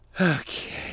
Okay